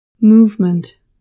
Movement